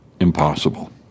Impossible